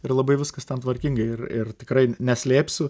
ir labai viskas ten tvarkingai ir ir tikrai neslėpsiu